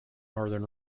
northern